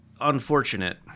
unfortunate